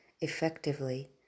effectively